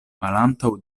malantaŭ